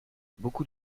beaucoup